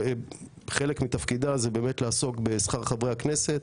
חלק מתפקידה זה באמת לעסוק בשכר חברי הכנסת.